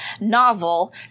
novel